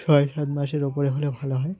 ছয় সাত মাসের ওপরে হলে ভালো হয়